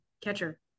catcher